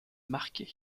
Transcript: marqué